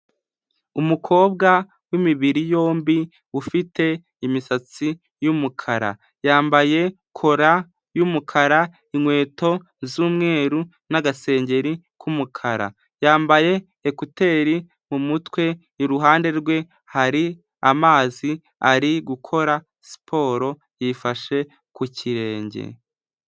Umukobwa w'imibiri yombi ufite imisatsi y'umukara, yambaye kora y'umukara, inkweto z'umweru n'agasengeri k'umukara, yambaye ekuteri mu mutwe, iruhande rwe hari amazi, ari gukora siporo yifashe ku kirenge.